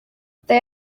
they